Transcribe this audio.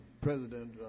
President